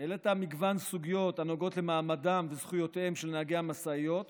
העלית מגוון סוגיות הנוגעות למעמדם וזכויותיהם של נהגי המשאיות